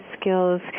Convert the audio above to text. skills